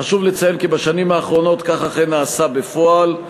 חשוב לציין כי בשנים האחרונות כך אכן נעשה בפועל,